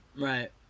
right